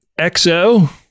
XO